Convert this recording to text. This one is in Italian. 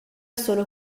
solo